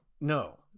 No